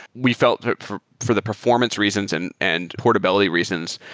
we felt for for the performance reasons and and portability reasons,